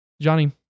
Johnny